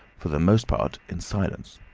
for the most part in silence.